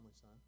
son